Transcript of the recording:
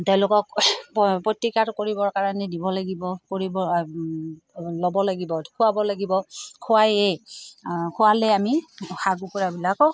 তেওঁলোকক প্ৰতিকাৰ কৰিবৰ কাৰণে দিব লাগিব কৰিব ল'ব লাগিব খোৱাব লাগিব খোৱায়েই খোৱালে আমি হাঁহ কুকুৰাবিলাকক